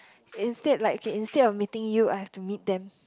instead like okay instead of meeting you I have to meet them